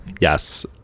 Yes